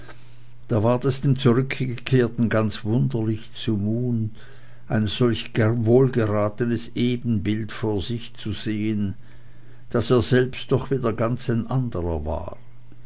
da ward es dem zurückgekehrten ganz wunderlich zu mut ein solch wohlgeratenes ebenbild vor sich zu sehen das er selbst und doch wieder ganz ein anderer war